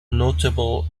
notable